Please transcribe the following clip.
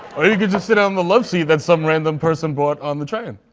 or you could just sit on the loveseat that some random person bought on the train,